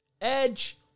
Edge